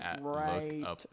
right